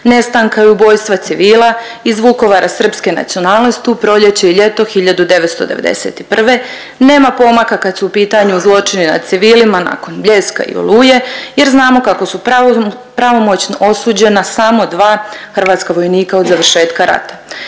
nestanka i ubojstva civila iz Vukovara srpske nacionalnosti u proljeće i ljeto 1991., nema pomaka kad su u pitanju zločini nad civilima nakon Bljeska i Oluje jer znamo kako su pravomoćno osuđena samo 2 hrvatska vojnika od završetka rata.